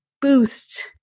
boost